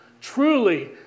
Truly